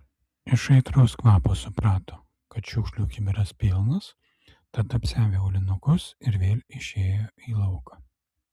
iš aitraus kvapo suprato kad šiukšlių kibiras pilnas tad apsiavė aulinukus ir vėl išėjo į lauką